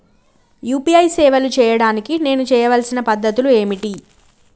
UPI సేవలు చేయడానికి నేను చేయవలసిన పద్ధతులు ఏమిటి?